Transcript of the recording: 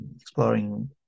exploring